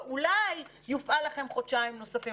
ואולי יופעלו לכם חודשיים נוספים.